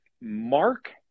Mark